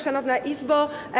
Szanowna Izbo!